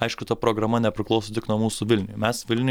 aišku ta programa nepriklauso tik nuo mūsų vilniuj mes vilniuj